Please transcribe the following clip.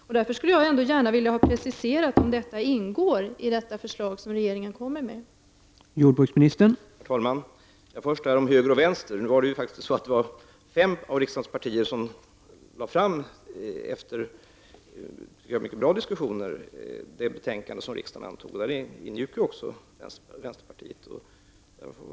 Jag skulle därför gärna vilja ha preciserat att detta ingår i det förslag som regeringen kommer att lägga fram.